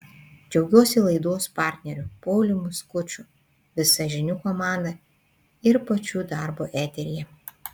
džiaugiuosi laidos partneriu pauliumi skuču visa žinių komanda ir pačiu darbu eteryje